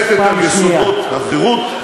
המושתתת על יסודות החירות,